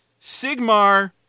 Sigmar